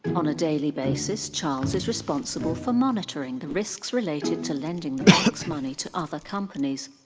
on a daily basis, charles is responsible for monitoring the risks related to lending the bank's money to other companies.